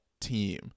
team